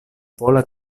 pola